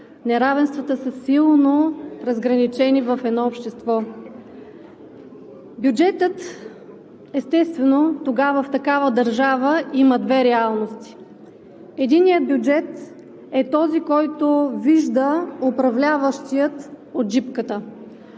неравенствата са силно разграничени в едно общество. Бюджетът, естествено, тогава в такава държава има две реалности. Единият бюджет е този, който вижда управляващият от джипката.